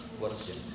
question